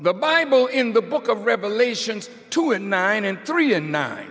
the bible in the book of revelations two and nine and three and nine